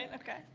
and okay.